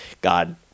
God